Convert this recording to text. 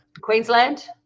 Queensland